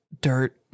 dirt